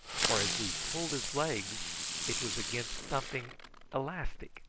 for as we pulled his legs it was against something elastic,